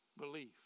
belief